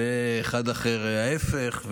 ואחד אחר, ההפך,